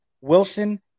Wilson